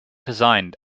designed